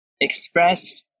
express